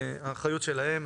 זה באחריות שלהם.